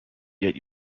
yet